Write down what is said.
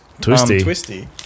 twisty